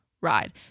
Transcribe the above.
ride